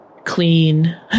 clean